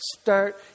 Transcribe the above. start